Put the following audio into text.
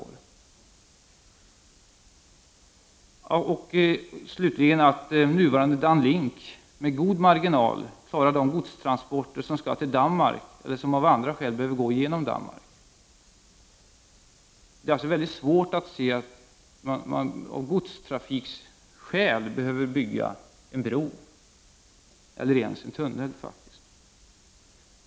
För färjetrafik talar slutligen att nuvarande Dan-Link med god marginal klarar de godstransporter som skall till Danmark eller som av andra skäl behöver gå genom Danmark. Det är alltså väldigt svårt att se att man av godstrafikskäl behöver bygga en bro eller ens en tunnel.